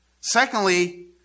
Secondly